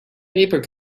paper